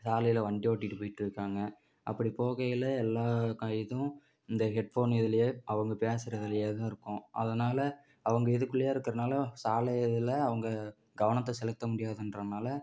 சாலையில் வண்டி ஓட்டிக்கிட்டு போய்ட்ருக்காங்க அப்படி போகையில் எல்லா இதுவும் இந்த ஹெட்ஃபோனு இதுலேயே அவங்க பேசுறதுலேயே தான் இருக்கும் அதனால அவங்க இதுக்குள்ளயே இருக்கிறதுனால சாலை இதில் அவங்க கவனத்தை செலுத்த முடியாதுன்றதுனால